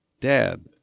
Dad